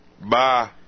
Bye